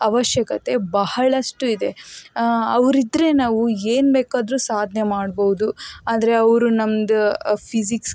ಅವಶ್ಯಕತೆ ಬಹಳಷ್ಟು ಇದೆ ಅವರಿದ್ದರೆ ನಾವು ಏನು ಬೇಕಾದರೂ ಸಾಧನೆ ಮಾಡ್ಬೋದು ಅಂದರೆ ಅವರು ನಮ್ದು ಫಿಸಿಕ್ಸ್